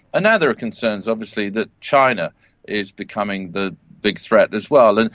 and now there are concerns obviously that china is becoming the big threat as well. and